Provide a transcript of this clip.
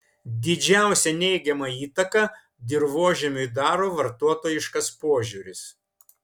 didžiausią neigiamą įtaką dirvožemiui daro vartotojiškas požiūris